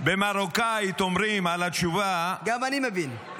במרוקאית אומרים על התשובה -- גם אני מבין.